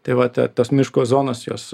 tai vat tos miško zonos jos